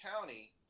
County